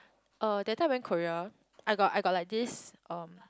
uh that time I went Korea I got I got like this um